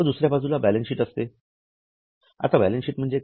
व दुसऱ्या बाजूस बॅलन्स शीट असते